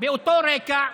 באותו רקע,